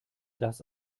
das